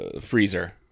freezer